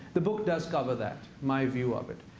the book does cover that. my view of it.